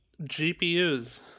GPUs